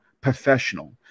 professional